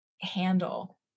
handle